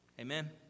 Amen